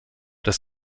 das